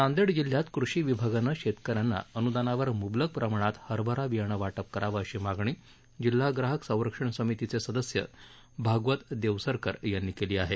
नांदेड जिल्ह्यात कृषी विभागानं शेतकऱ्यांना अनूदानावर म्बलक प्रमाणात हरभरा बियाणं वाटप करावं अशी मागणी जिल्हा ग्राहक संरक्षण समितीचे सदस्य भागवत देवसरकर यांनी केली आहे